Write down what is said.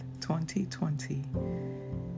2020